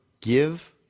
give